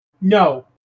No